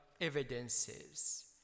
evidences